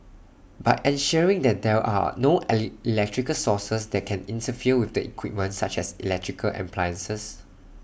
by ensuring that there are no electrical sources that can interfere with the equipment such as electrical appliances